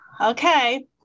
okay